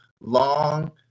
long